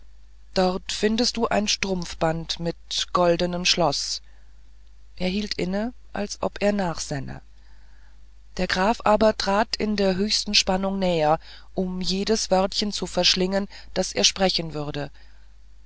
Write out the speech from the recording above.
dort findest du ein strumpfband mit goldenem schloß er hielt inne als ob er nachsänne der graf aber trat in der höchsten spannung näher um jedes wörtchen zu verschlingen das er sprechen würde